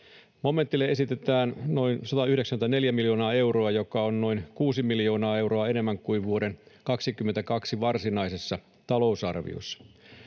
Momentille esitetään noin 190 miljoonaa euroa, joka on noin 6 miljoonaa euroa enemmän kuin vuoden 2022 varsinaisessa talousarviossa.